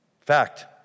fact